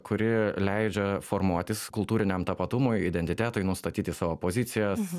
kuri leidžia formuotis kultūriniam tapatumui identitetui nustatyti savo pozicijas